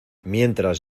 mientras